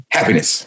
Happiness